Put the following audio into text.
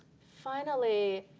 finally,